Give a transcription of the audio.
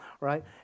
right